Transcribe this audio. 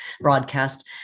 broadcast